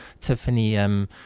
Tiffany